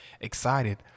excited